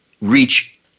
reach